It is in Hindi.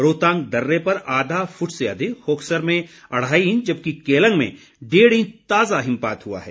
रोहतांग दर्रे पर आधा फुट से अधिक कोकसर में अढ़ाई इंच जबकि केलंग में डेढ़ इंच ताज़ा हिमपात हुआ है